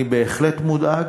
אני בהחלט מודאג.